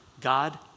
God